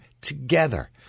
together